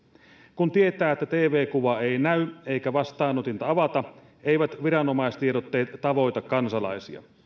kun tietää että tv kuva ei näy eikä vastaanotinta avata eivät viranomaistiedotteet tavoita kansalaisia